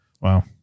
Wow